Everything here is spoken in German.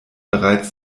bereits